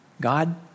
God